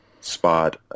spot